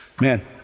man